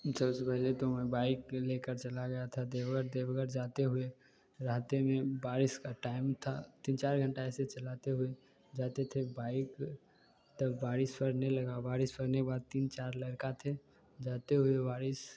सबसे पहले तो मैं बाइक ले कर चला गया था देवघर देवघर जाते हुए रहते में बारिश का टाइम था तीन चार घंटा ऐसे चलाते हुए जाते थे बाइक तब बारिश पड़ने लगा बारिश पड़ने के बाद तीन चार लड़का थे जाते हुए बारिश